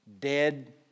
Dead